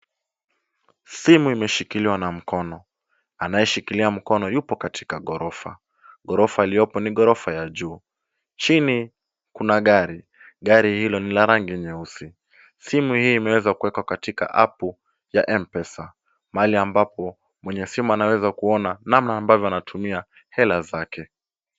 Simu imeshikiliwa na mkono. Anayeshikilia mkono yupo kwenye ghorofa. Ghorofa iliyopo ni ghorofa ya juu. Chini kuna gari; gari hilo ni la rangi nyeusi. Simu hii imeweza kuwekwa katika apu ya Mpesa mahali ambapo mwenye simu anaweza kuona namna ambavyo mwenye simu anatumia hela zake.